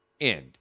end